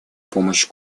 помощь